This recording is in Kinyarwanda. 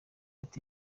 ati